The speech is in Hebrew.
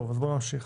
בואו נמשיך.